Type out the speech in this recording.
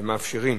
ומאפשרים